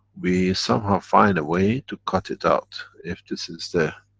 we somehow find a way to cut it out. if this is the.